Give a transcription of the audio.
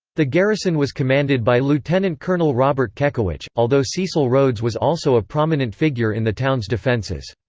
the garrison was commanded by lieutenant colonel robert kekewich, although cecil rhodes was also a prominent figure in the town's defences.